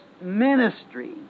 ministry